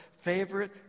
favorite